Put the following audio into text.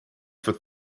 for